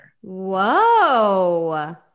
Whoa